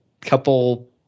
couple